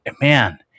man